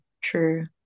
True